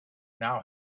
now